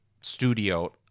studio